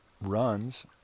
runs